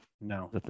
No